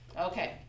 Okay